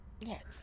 yes